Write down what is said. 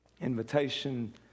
invitation